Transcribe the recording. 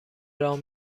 راه